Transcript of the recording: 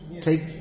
Take